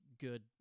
good